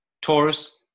Taurus